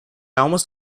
almost